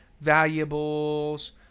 valuables